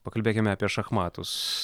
pakalbėkime apie šachmatus